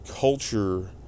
culture